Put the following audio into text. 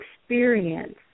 experience